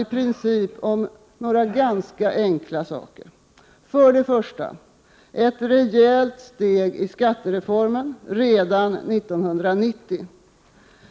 I princip handlar det om några ganska enkla saker. För det första handlar det om ett rejält steg i skattereformen redan 1990.